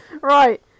Right